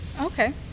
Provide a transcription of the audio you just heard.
okay